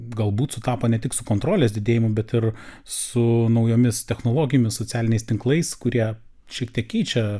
galbūt sutapo ne tik su kontrolės didėjimu bet ir su naujomis technologijomis socialiniais tinklais kurie šiek tiek keičia